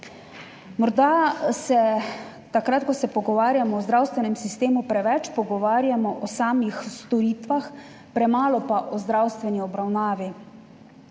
Morda se takrat, ko se pogovarjamo o zdravstvenem sistemu, preveč pogovarjamo o samih storitvah, premalo pa o zdravstveni obravnavi,